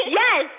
yes